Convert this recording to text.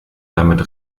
damit